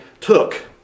took